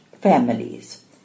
families